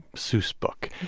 seuss book.